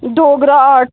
Dogra art